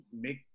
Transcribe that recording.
make